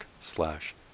slash